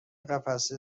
قفسه